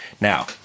Now